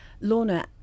Lorna